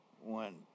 one